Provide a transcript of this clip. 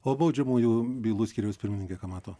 o baudžiamųjų bylų skyriaus pirmininkė ką mato